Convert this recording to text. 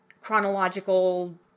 chronological